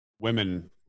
women